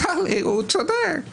הוא צודק,